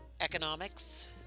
economics